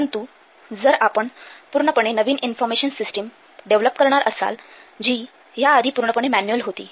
परंतु जर आपण पूर्णपणे नवीन इन्फॉर्मेशन सिस्टीम डेव्हलप करणार असाल जी ह्याआधी पूर्णपणे मॅन्युअल होती